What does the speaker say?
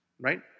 Right